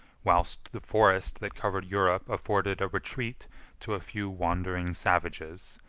whilst the forest that covered europe afforded a retreat to a few wandering savages,